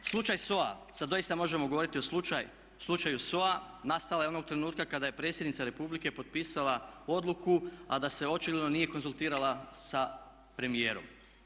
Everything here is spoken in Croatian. Slučaj SOA, sad doista možemo govoriti o slučaju SOA nastala je onog trenutka kada je predsjednica Republike potpisala odluku a da se očigledno nije konzultirala sa premijerom.